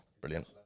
brilliant